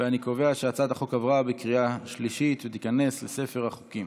אני קובע שהצעת החוק עברה בקריאה שלישית ותיכנס לספר החוקים.